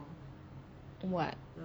what